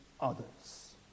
others